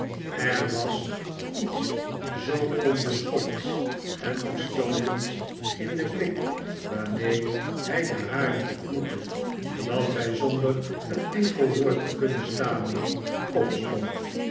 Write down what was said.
er was iets zoo onbeschofts en afstootelijks in den blik waarmee hij den hare ontmoette dat zij zonder een enkel woord te kunnen stamelen opstond